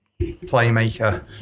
Playmaker